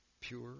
pure